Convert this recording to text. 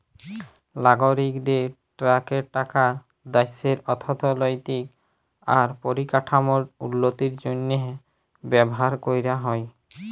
লাগরিকদের ট্যাক্সের টাকা দ্যাশের অথ্থলৈতিক আর পরিকাঠামোর উল্লতির জ্যনহে ব্যাভার ক্যরা হ্যয়